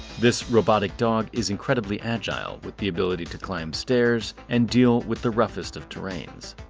this robotic dog is incredibly agile with the ability to climb stairs and deal with the roughest of terrains.